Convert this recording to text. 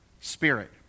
Spirit